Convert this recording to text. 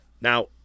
now